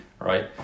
Right